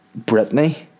Britney